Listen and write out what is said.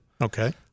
okay